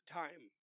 time